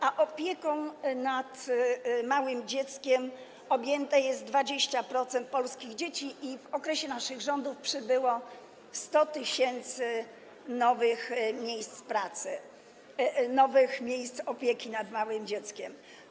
A opieką nad małym dzieckiem objętych jest 20% polskich dzieci i w okresie naszych rządów przybyło 100 tys. nowych miejsc opieki nad małym dzieckiem.